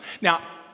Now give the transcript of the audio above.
Now